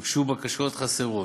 הוגשו בקשות חסרות,